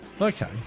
Okay